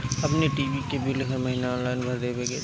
अपनी टी.वी के बिल हर महिना ऑनलाइन भर देवे के चाही